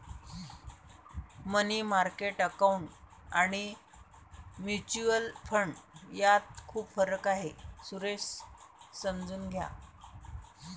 मनी market account आणि mutual fund यात खूप फरक आहे, सुरेश समजून घ्या